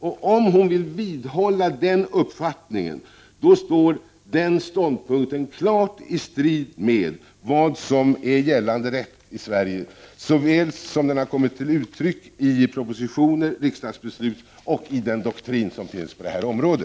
Om Maj-Lis Lööw vill vidhålla den uppfattningen, då står den ståndpunkten klart i strid med vad som är gällande rätt i Sverige, som den har kommit till uttryck i propositioner, riksdagsbeslut och den doktrin som finns på detta område.